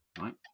right